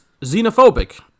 xenophobic